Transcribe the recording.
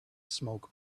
smoke